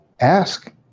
Ask